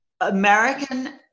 American